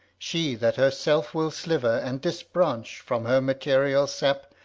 she that herself will sliver and disbranch from her material sap,